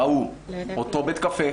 ראו את אותו בית קפה,